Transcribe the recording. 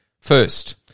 First